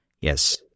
Yes